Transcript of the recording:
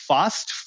Fast